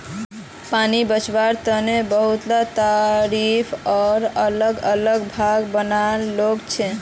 पानी बचवार तने बहुतला तरीका आर अलग अलग भाग बनाल गेल छे